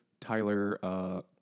Tyler